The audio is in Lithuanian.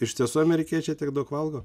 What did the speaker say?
iš tiesų amerikiečiai tiek daug valgo